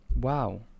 Wow